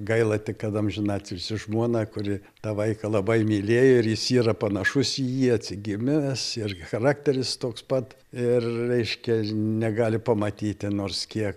gaila tik kad amžinatilsį žmona kuri tą vaiką labai mylėjo ir jis yra panašus į jį atsigimęs ir charakteris toks pat ir reiškia negali pamatyti nors kie